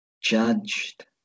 judged